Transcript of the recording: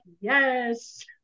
yes